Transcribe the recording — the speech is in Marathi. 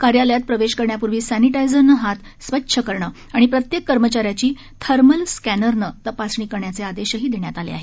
कार्यालयात प्रवेश करण्यापूर्वी सॅनिटायझरने हात स्वच्छ करणं आणि प्रत्येक कर्मचाऱ्याची थर्मल स्कॅनरने तपासणी करण्याचे आदेशही देण्यात आले आहेत